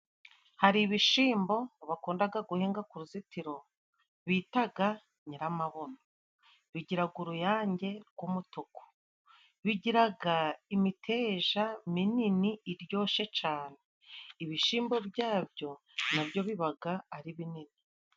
Hari ibishimbo bakundaga guhinga ku ruzitiro bitaga Nyiramabuno, bigiraga uruyange rw'umutuku, bigiraga imiteja minini iryoshe cane, ibishimbo byabyo nabyo bibaga ari binini.